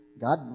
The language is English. God